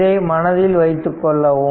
இதை மனதில் வைத்துக் கொள்ளவும்